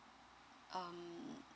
um